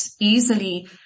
easily